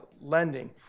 lending